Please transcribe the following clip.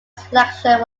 selection